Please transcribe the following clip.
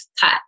cut